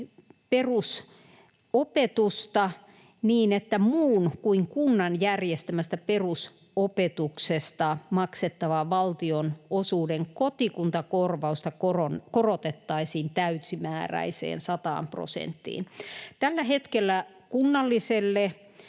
perusopetusta niin, että muun kuin kunnan järjestämästä perusopetuksesta maksettavan valtionosuuden kotikuntakorvausta korotettaisiin täysimääräiseen 100 prosenttiin. Tällä hetkellä kunnalliselle